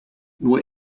nur